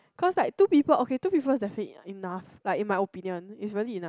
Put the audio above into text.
course like two people okay two people definitely enough in my opinion is really enough